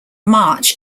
march